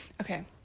Okay